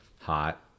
hot